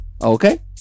Okay